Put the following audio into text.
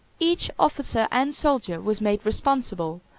each officer and soldier was made responsible,